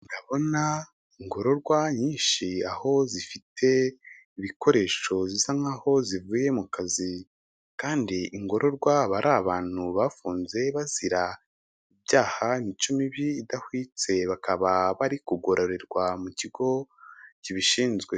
Ndabona ingororwa nyinshi aho zifite ibikoresho zisa nk'aho zivuye mu kazi; kandi ingororwa aba ari abantu bafunzwe bazira ibyaha imico, mibi idahwitse; bakaba bari kugororerwa mu kigo kibishinzwe.